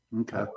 okay